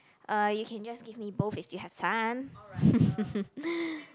uh you can just give me both if you have time